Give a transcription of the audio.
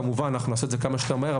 כמובן אנחנו נעשה את זה כמה שיותר מהר,